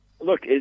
look